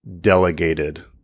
delegated